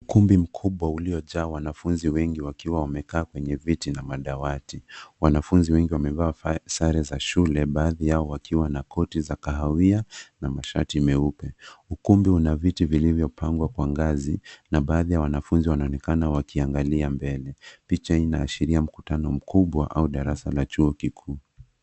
Ukumbi mkubwa uliojaa wanafunzi wengi wakiwa wamekaa kwenye viti na madawati. Wanafunzi wengi wamevaa sare za shule baadhi yao wakiwa na koti za kahawia na mashati meupe. Ukumbi una viti vilivyopangwa kwa ngazi na baadhi ya wanafunzi wanaonekana wakiangalia mbele. Picha hii inaashiria mkutano mkubwa au darasa la chuo kikuu.